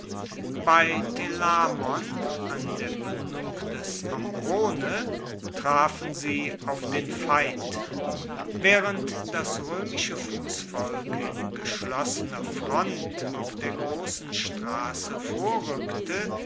bei telamon an der muendung des ombrone trafen sie auf den feind waehrend das roemische fussvolk in geschlossener front auf der grossen strasse vorrueckte